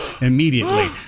immediately